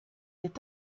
est